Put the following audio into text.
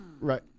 right